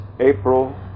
April